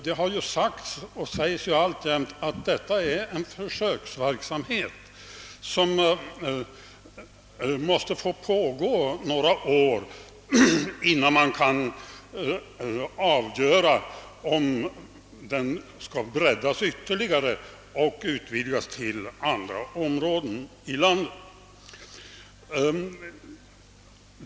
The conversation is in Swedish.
Det har ju sagts och sägs alltjämt, att detta är en försöksverksamhet som måste få pågå några år innan det kan avgöras om den skall breddas och utvidgas till andra områden i landet.